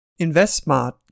InvestSmart